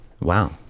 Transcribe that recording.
Wow